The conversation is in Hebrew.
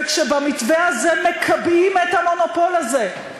וכשבמתווה הזה מקבעים את המונופול הזה,